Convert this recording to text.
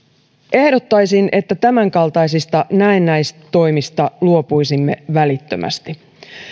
ehdottaisin että tämänkaltaisista näennäistoimista luopuisimme välittömästi